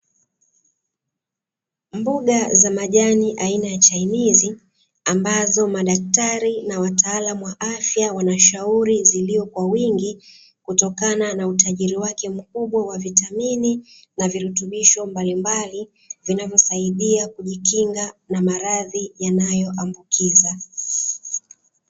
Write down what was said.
Mboga za majani aina ya chainizi ambazo madaktari na wataalamu wa afya, wanashauri ziliwe kwa wingi kutokana na utajiri wake mkubwa wa vitamini na virutubisho mbalimbali vinavyosaidia kujikinga na maradhi yanayoambukiza.